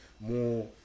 more